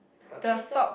got three socks